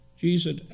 Jesus